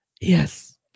Yes